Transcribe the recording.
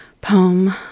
poem